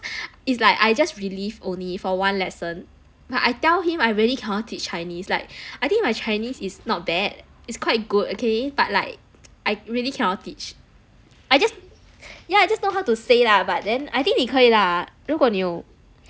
it's like I just relief only for one lesson but I tell him I really cannot teach chinese like I think my chinese is not bad it's quite good okay but like I really cannot teach I just yeah just know how to say lah but then I think 你可以 lah 如果你有